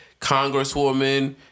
Congresswoman